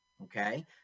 okay